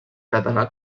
català